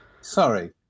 Sorry